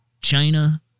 China